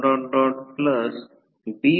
5 j 0